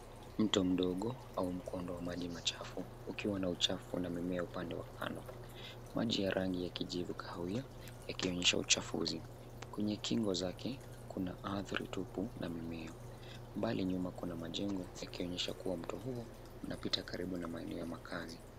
Mto mdogo au mkondo wa maji machafu ukiwa na uchafu na mimea upande wa kando maji ya rangi ya kijivu kahawia ikionyesha uchafu nzima. Kwenye kingo zake kuna athari tupu na mimea. Bali nyuma kuna majengo yakionyesha kua mto huo unapita karibu na maeneo ya makaazi.